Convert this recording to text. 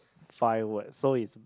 five words so is